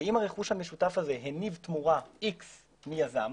ואם הרכוש המשותף הזה הניב תמורה X מיזם,